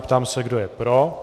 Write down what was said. Ptám se, kdo je pro.